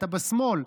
אתה בשמאל.